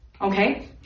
Okay